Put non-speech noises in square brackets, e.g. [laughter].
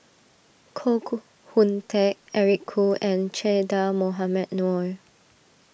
Koh [unintelligible] Hoon Teck Eric Khoo and Che Dah Mohamed Noor